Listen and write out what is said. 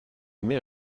mer